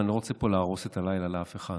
ואני לא רוצה פה להרוס את הלילה לאף אחד.